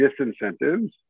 disincentives